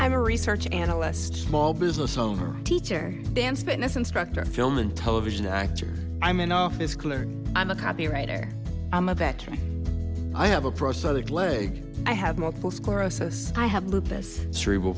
i'm a research analyst small business owner teacher damn spin this instructor film and television actor i'm an office clerk i'm a copywriter i'm a veteran i have a prosthetic leg i have multiple sclerosis i have lupus cerebral